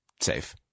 safe